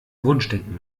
wunschdenken